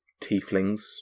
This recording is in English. tieflings